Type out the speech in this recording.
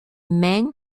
mains